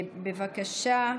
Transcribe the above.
בבקשה.